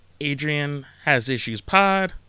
adrianhasissuespod